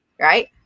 right